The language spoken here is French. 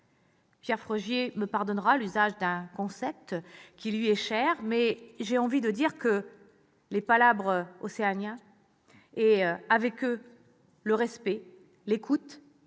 Pierre Frogier me pardonnera l'usage d'un concept qui lui est cher, mais j'ai envie de dire que les palabres océaniens et, avec eux, le respect, l'écoute,